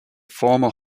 former